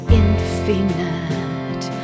infinite